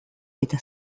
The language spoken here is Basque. eta